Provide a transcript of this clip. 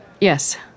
Yes